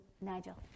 Nigel